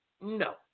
no